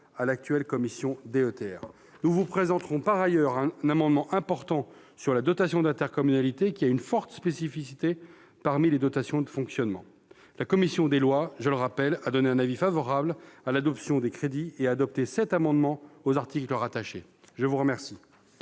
de l'actuelle commission DETR. Nous vous présenterons par ailleurs un amendement important sur la dotation d'intercommunalité, qui a une forte spécificité parmi les dotations de fonctionnement. La commission des lois s'est prononcée en faveur de l'adoption de ces crédits et a adopté sept amendements sur les articles rattachés. Mes chers